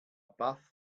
paz